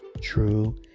true